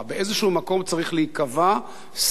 באיזה מקום צריך להיקבע סף,